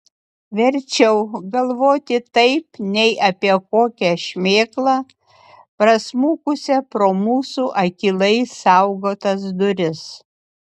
verčiau galvoti taip nei apie kokią šmėklą prasmukusią pro mūsų akylai saugotas duris